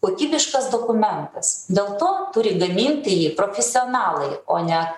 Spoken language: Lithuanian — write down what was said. kokybiškas dokumentas dėl to turi gaminti jį profesionalai o ne